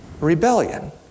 rebellion